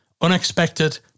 unexpected